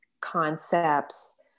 concepts